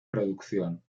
producción